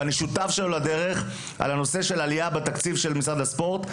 ואני שותף שלו לדרך בנושא העלייה בתקציב של משרד הספורט.